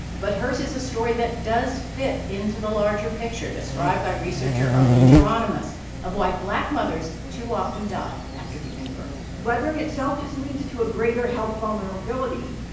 but hers is a story that does fit into the larger picture described by researcher arline geronimus of why black mothers too often die after giving birth weathering itself just leads to a greater health vulnerability.